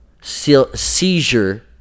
seizure